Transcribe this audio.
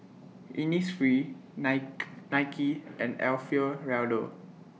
Innisfree Nike Nike and Alfio Raldo